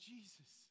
Jesus